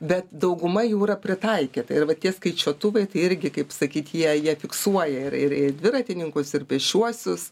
bet dauguma jų yra pritaikę tai va tie skaičiuotuvai tai irgi kaip sakyt jei jie fiksuoja ir ir dviratininkus ir pėsčiuosius